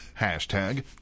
hashtag